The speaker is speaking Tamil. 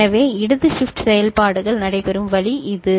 எனவே இடது ஷிப்ட் செயல்பாடுகள் நடைபெறும் வழி இது